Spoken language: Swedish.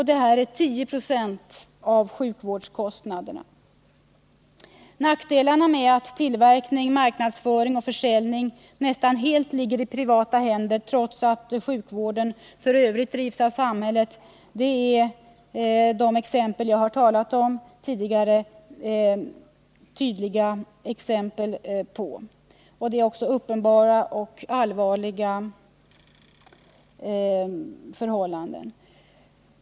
Detta är 10 26 av sjukvårdskostnaderna. Nackdelarna med att tillverkning, marknadsföring och försäljning ligger nästan helt i privata händer, trots att sjukvården f. ö. drivs av samhället, är i de exempel som jag anfört uppenbara och allvarliga.